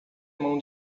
mão